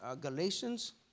Galatians